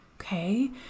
okay